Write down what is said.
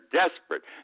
desperate